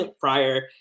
prior